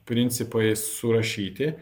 principai surašyti